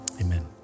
amen